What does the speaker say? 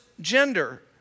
Gender